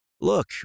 Look